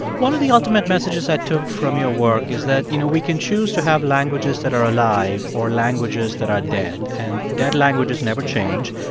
one of the ultimate messages i took from your work is that, you know, we can choose to have languages that are alive or languages that are dead, and dead languages never change.